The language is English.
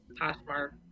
Poshmark